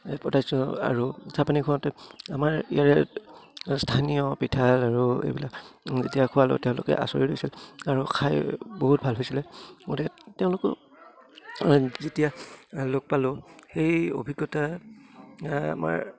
পঠাইছো আৰু চাহ পানী খাওঁতে আমাৰ ইয়াৰে স্থানীয় পিঠা আৰু এইবিলাক যেতিয়া খোৱালোঁ তেওঁলোকে আচৰিত হৈছিল আৰু খাই বহুত ভাল পাইছিলে গতিকে তেওঁলোকে যেতিয়া লগ পালোঁ সেই অভিজ্ঞতা আমাৰ